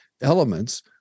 elements